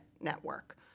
Network